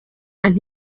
and